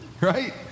right